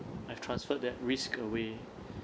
I've transferred that risk away